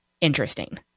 interesting